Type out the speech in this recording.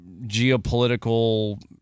geopolitical